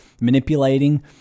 manipulating